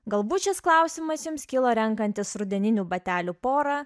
galbūt šis klausimas jums kilo renkantis rudeninių batelių porą